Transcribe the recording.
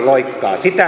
tuetteko sitä